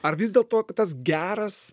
ar vis dėl to tas geras